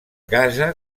casa